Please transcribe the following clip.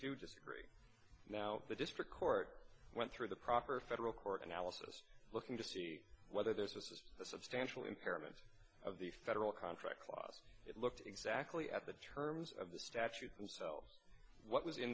disagree now the district court went through the proper federal court analysis looking to see whether there's a substantial impairment of the federal contract clause it looked exactly at the terms of the statute themselves what was in